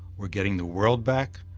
we're getting the world back,